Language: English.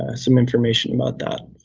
ah some information about that.